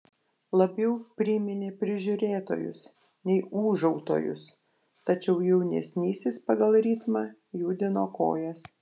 labiau priminė prižiūrėtojus nei ūžautojus tačiau jaunesnysis pagal ritmą judino kojas